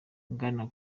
ghana